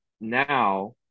now